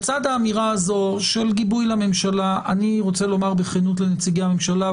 בצד האמירה הזו של גיבוי לממשלה אני רוצה לומר בכנות לנציגי הממשלה,